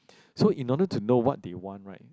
so in order to know what they want right